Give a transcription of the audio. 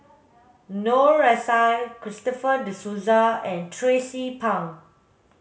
Noor S I Christopher De Souza and Tracie Pang